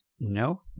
No